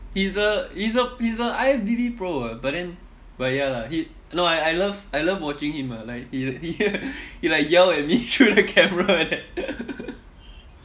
he's a he's a he's a I_F_B_B pro ah but then but ya lah he no I I love I love watching him ah like he he like yell at me through the camera like that